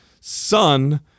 son